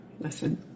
listen